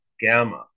gamma